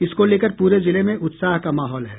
इसको लेकर पूरे जिले में उत्साह का माहौल है